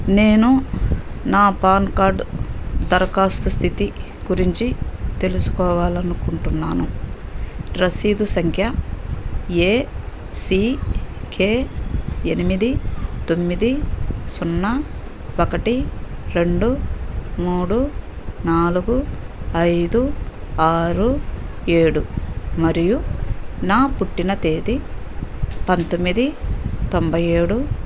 నేను నా PAN card దరఖాస్తు స్థితి గురించి తెలుసుకోవాలి అనుకుంటున్నాను రసీదు సంఖ్య ఏ సీ కె ఎనిమిది తొమ్మిది సున్నా ఒకటి రెండు మూడు నాలుగు ఐదు ఆరు ఏడు మరియు నా పుట్టిన తేదీ పంతొమ్మిది తొంభై ఏడు